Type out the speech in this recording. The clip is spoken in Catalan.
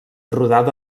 rodada